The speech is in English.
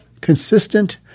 consistent